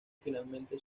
finalmente